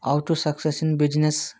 how to success in business